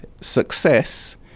success